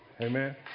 Amen